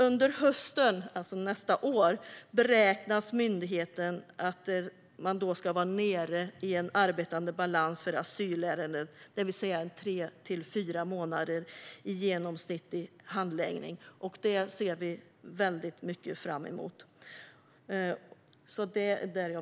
Under hösten nästa år beräknas att myndigheten ska vara nere i en arbetande balans för asylärenden, det vill säga tre till fyra månader i genomsnittlig handläggning. Det ser vi väldigt mycket fram emot.